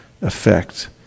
effect